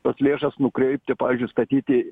tas lėšas nukreipti pavyzdžiui statyti